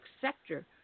sector